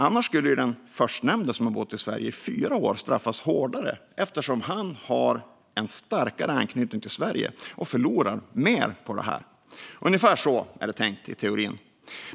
Annars skulle ju den förstnämnde som har bott i Sverige i fyra år straffas hårdare, eftersom han har en starkare anknytning till Sverige och förlorar mer på detta. Ungefär så är det tänkt i teorin.